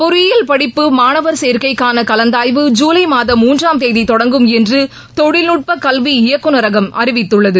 பொறியியல் படிப்பு மாணவர் சேர்க்கைக்கான கலந்தாய்வு ஜூலை மாதம் மூன்றாம் தேதி தொடங்கும் என்று தொழில்நுட்பக் கல்வி இயக்குனரகம் அறிவித்துள்ளது